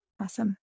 Awesome